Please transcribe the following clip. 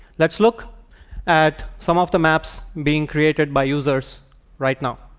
let's look at some of the maps being created by users right now.